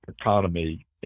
economy